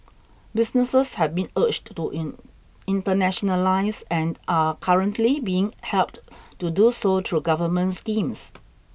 businesses have been urged to in internationalise and are currently being helped to do so through government schemes